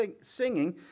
singing